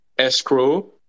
escrow